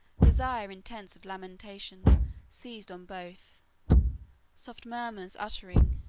desire intense of lamentation seized on both soft murmurs uttering,